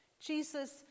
Jesus